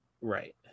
Right